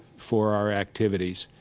for our activities.